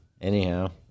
anyhow